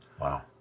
Wow